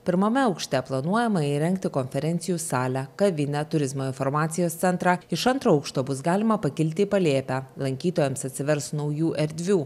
pirmame aukšte planuojama įrengti konferencijų salę kavinę turizmo informacijos centrą iš antro aukšto bus galima pakilti į palėpę lankytojams atsivers naujų erdvių